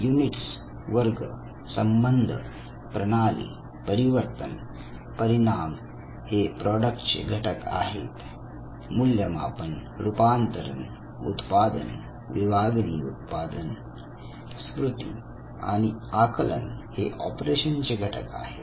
units वर्ग संबंध प्रणाली परिवर्तन आणि परिणाम हे प्रॉडक्ट चे घटक आहे मूल्यमापन रूपांतरण उत्पादन विभागणी उत्पादन स्मृती आणि आकलन हे ऑपरेशन चे घटक आहे